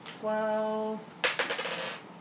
Twelve